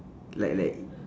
like like